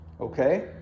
Okay